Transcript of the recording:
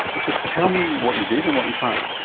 so tell me what you did and what you found?